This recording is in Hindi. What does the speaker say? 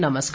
नमस्कार